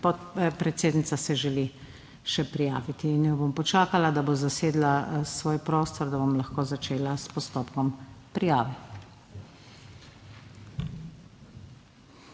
podpredsednica se želi še prijaviti in jo bom počakala, da bo zasedla svoj prostor, da bom lahko začela s postopkom prijave.